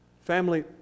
Family